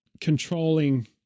controlling